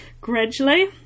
gradually